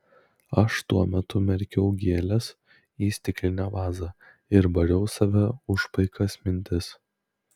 aš tuo metu merkiau gėles į stiklinę vazą ir bariau save už paikas mintis